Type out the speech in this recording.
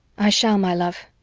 i shall, my love.